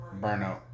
Burnout